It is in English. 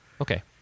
Okay